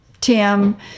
Tim